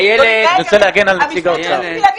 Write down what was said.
אני רוצה להגן על נציג האוצר.